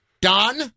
Don